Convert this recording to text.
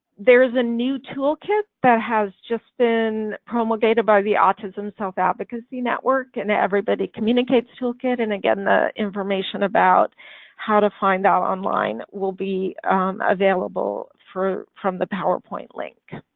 there is a new toolkit that has just been promulgated by the autism self-advocacy network and everybody communicates toolkit and again the information about how to find out online will be available from the powerpoint link